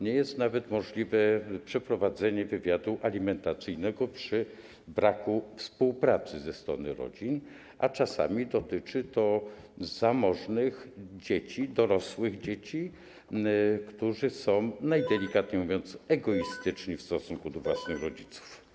Nie jest nawet możliwe przeprowadzenie wywiadu alimentacyjnego przy braku współpracy ze strony rodzin, a czasami dotyczy to zamożnych dzieci, dorosłych dzieci, które są, najdelikatniej mówiąc, egoistyczne w stosunku do własnych rodziców.